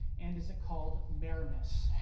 and is it called meremas?